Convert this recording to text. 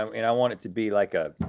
um and i want it to be like a,